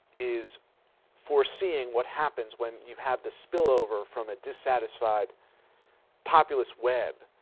is foreseeing what happens when you have the spillover from a dissatisfied populous web